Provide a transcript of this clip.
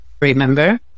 remember